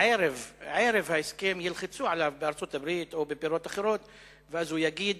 ערב ההסכם ילחצו עליו בארצות-הברית או בבירות אחרות ואז הוא יגיד: